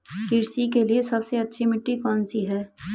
कृषि के लिए सबसे अच्छी मिट्टी कौन सी है?